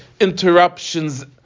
interruptions